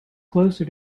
closer